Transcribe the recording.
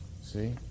See